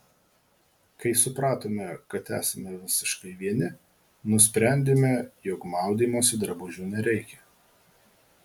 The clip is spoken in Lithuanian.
kai supratome kad esame visiškai vieni nusprendėme jog maudymosi drabužių nereikia